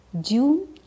June